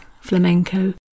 flamenco